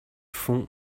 font